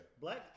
Black